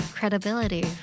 Credibility